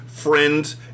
friends